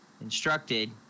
instructed